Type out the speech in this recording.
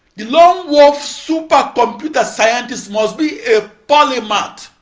the lone wolf supercomputer scientist must be a polymath,